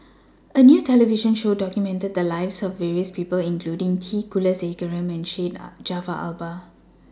A New television Show documented The Lives of various People including T Kulasekaram and Syed Jaafar Albar